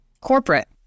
corporate